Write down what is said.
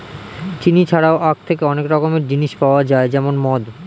চিনি ছাড়াও আখ থেকে অনেক রকমের জিনিস পাওয়া যায় যেমন মদ